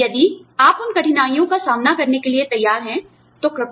यदि आप उन कठिनाइयों का सामना करने के लिए तैयार हैं तो कृपया